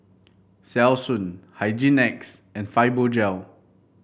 Selsun Hygin X and Fibogel